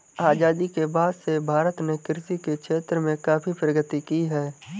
आजादी के बाद से भारत ने कृषि के क्षेत्र में काफी प्रगति की है